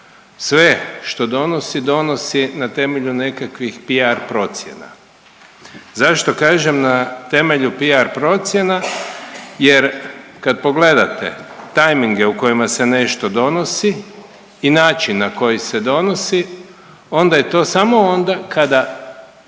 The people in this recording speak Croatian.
sve što donosi, donosi na temelju nekakvih PR procjena. Zašto kažem na temelju PR procjena? Jer kad pogledate tajminge u kojima se nešto donosi i način na koji se donosi onda je to samo onda kada